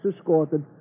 escorted